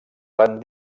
van